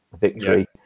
victory